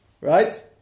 right